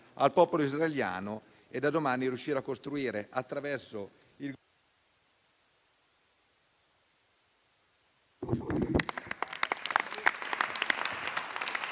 al popolo israeliano e, da domani, riuscire a costruire attraverso il...